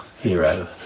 hero